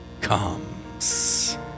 comes